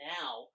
now